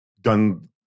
done